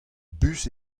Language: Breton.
bus